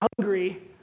hungry